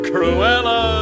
Cruella